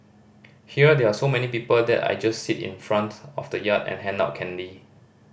here there so many people that I just sit in the front of the yard and hand out candy